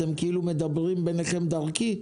אתם מדברים ביניכם דרכי?